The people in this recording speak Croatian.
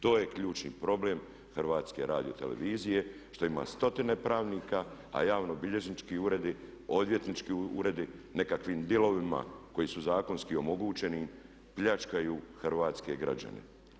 To je ključni problem HRT-a što ima stotine pravnika, a javnobilježnički uredi, odvjetnički uredi nekakvim dilovima koji su zakonski omogućeni pljačkaju hrvatske građane.